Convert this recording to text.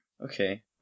Okay